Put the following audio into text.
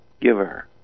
giver